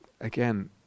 Again